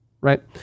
Right